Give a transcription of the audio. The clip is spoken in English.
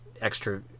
extra